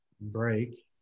break